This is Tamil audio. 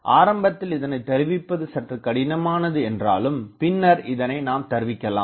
ஆரம்பத்தில் இதனைத் தருவிப்பது சற்று கடினமானது என்றாலும் பின்னர் இதனை நாம் தருவிக்கலாம்